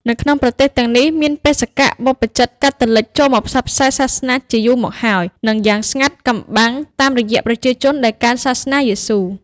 នៅក្នុង ប្រទេសទាំងនេះមានបេសកបព្វជិតកាតូលិចចូលមកផ្សព្វ ផ្សាយសាសនាជាយូរមកហើយ និងយ៉ាងស្ងាត់កំបាំងតាម រយៈប្រជាជនដែលកាន់សាសនាយេស៊ូ។